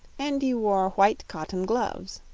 and he wore white cotton gloves.